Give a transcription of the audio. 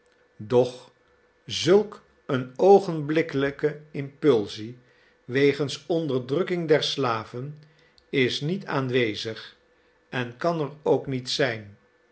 doch zulk een oogenblikkelijke impulsie wegens onderdrukking der slaven is niet aanwezig en kan er ook niet zijn